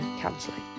Counseling